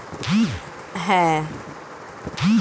ব্যবসায়ীদের জন্য তাদের লাভ হয়